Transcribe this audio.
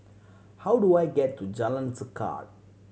how do I get to Jalan Tekad